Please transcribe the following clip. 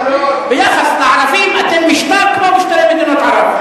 ביחס לערבים, אתם משטר כמו משטר מדינות ערב.